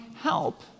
help